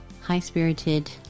high-spirited